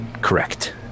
Correct